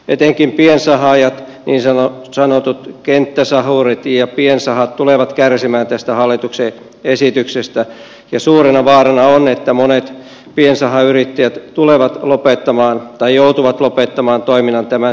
etenkin piensahaajat niin sanotut kenttäsahurit ja piensahat tulevat kärsimään tästä hallituksen esityksestä ja suurena vaarana on että monet piensahayrittäjät tulevat lopettamaan tai joutuvat lopettamaan toiminnan tämän seurauksena